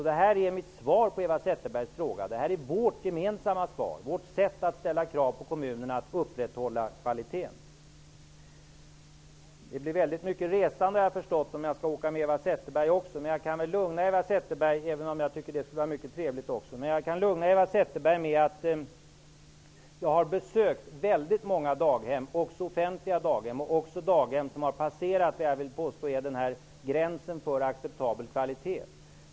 Det här är mitt svar på Eva Zetterbergs fråga. Det här är vårt gemensamma svar och vårt sätt att ställa krav på kommunerna att upprätthålla kvaliteten. Det skulle bli väldigt mycket resande, det har jag förstått, om jag skulle åka med Eva Zetterberg också -- men det vore mycket trevligt. Jag kan dock lugna Eva Zetterberg genom att säga att jag har besökt väldigt många daghem -- också offentliga daghem och även daghem som har passerat vad jag vill påstå är gränsen för en acceptabel kvalitet.